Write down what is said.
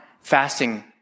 fasting